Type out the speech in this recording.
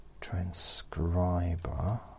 transcriber